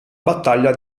battaglia